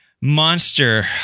monster